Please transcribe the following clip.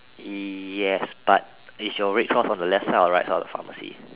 yes but is your red cross on the left side or right side of the pharmacy